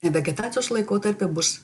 vegetacijos laikotarpį bus